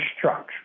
trucks